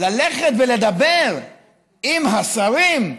ללכת ולדבר עם השרים,